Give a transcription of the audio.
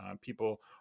people